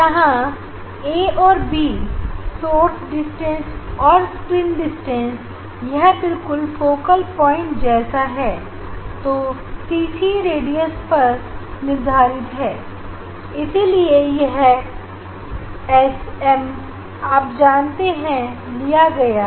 यहां ए और B source distance और स्क्रीन डिस्टेंस यह बिल्कुल फोकल प्वाइंट जैसा है जो सीसी रेडियस पर निर्धारित है इसीलिए यह एस एम आप जानते हैं लिया गया है